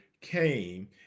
came